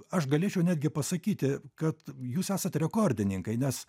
aš galėčiau netgi pasakyti kad jūs esat rekordininkai nes